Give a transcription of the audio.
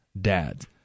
dads